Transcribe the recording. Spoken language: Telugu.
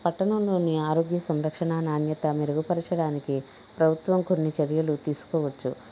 పట్టణంలోని ఆరోగ్య సంరక్షణ నాణ్యత మెరుగుపరచడానికి ప్రభుత్వం కొన్ని చర్యలు తీసుకోవచ్చు